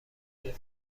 لوله